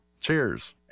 Cheers